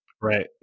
Right